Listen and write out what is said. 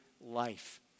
life